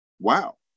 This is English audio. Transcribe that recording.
Wow